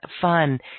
fun